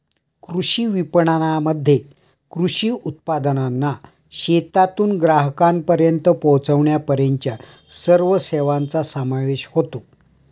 कृषी विपणनामध्ये कृषी उत्पादनांना शेतातून ग्राहकांपर्यंत पोचविण्यापर्यंतच्या सर्व सेवांचा समावेश होतो